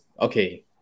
okay